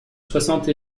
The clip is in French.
soixante